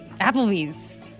Applebee's